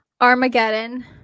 Armageddon